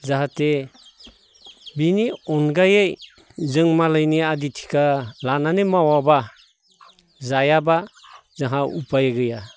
जाहाथे बिनि अनगायै जों मालायनि आदि थिखा लानानै मावाब्ला जायाब्ला जाहा उफाय गैया